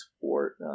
support